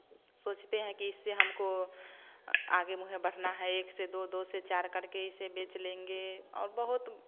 सोचते हैं की इससे हमको आगे मुहे बढ़ना है एक से दो दो से चार करके इसे बेच लेंगे और बहुत